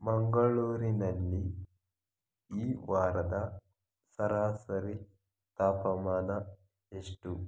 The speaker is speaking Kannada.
ಮಂಗಳೂರಿನಲ್ಲಿ ಈ ವಾರದ ಸರಾಸರಿ ತಾಪಮಾನ ಎಷ್ಟು